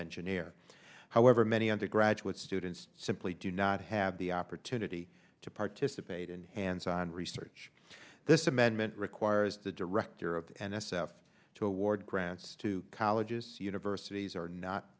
engineer however many undergraduate students simply do not have the opportunity to participate in hands on research this amendment requires the director of the n s f to award grants to colleges universities are not